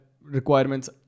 requirements